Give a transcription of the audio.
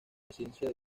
presidencia